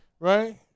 Right